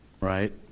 right